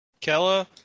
Kella